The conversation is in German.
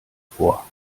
vor